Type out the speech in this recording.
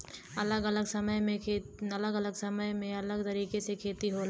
अलग अलग समय में अलग तरीके से खेती होला